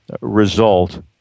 result